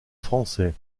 français